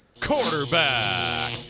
Quarterback